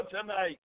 tonight